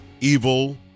evil